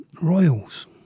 Royals